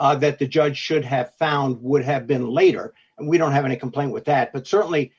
that the judge should have found would have been later and we don't have any complaint with that but certainly